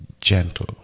Gentle